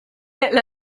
elle